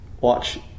watch